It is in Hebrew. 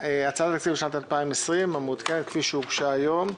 המעודכנת לשנת 2020, כפי שהוגשה היום,